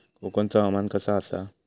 कोकनचो हवामान कसा आसा?